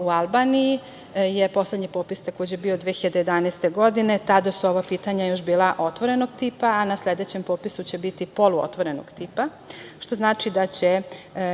u Albaniji je poslednji popis, takođe, bio 2011. godine. Tada su ova pitanja još bila otvorenog tipa, a na sledećem popisu će biti poluotvorenog tipa, što znači da će